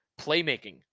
playmaking